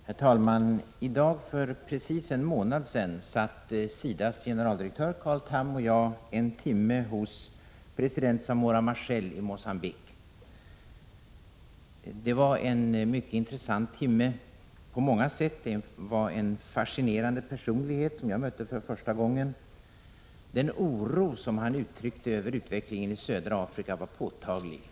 Herr talman! I dag för precis en månad sedan satt SIDA:s generaldirektör Carl Tham och jag en timme hos president Samora Machel i Mogambique. Det var en på många sätt intressant timme. Machel var en fascinerande personlighet, som jag mötte för första gången. Den oro som han uttryckte över utvecklingen i södra Afrika var påtaglig.